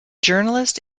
journalist